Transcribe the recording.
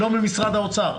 לא במשרד האוצר,